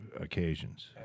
occasions